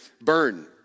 burn